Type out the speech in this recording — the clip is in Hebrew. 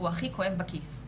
הוא הכי כואב בכיס,